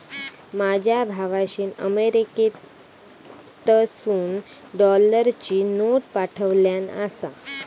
माझ्या भावाशीन अमेरिकेतसून डॉलरची नोट पाठवल्यान आसा